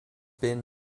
been